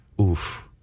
Oof